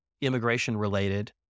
immigration-related